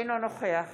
אינו נוכח